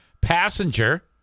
passenger